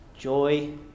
Joy